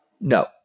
No